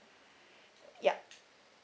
ya